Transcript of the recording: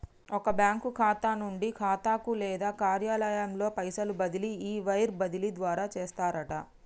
ఒక బ్యాంకు ఖాతా నుండి ఖాతాకు లేదా కార్యాలయంలో పైసలు బదిలీ ఈ వైర్ బదిలీ ద్వారా చేస్తారట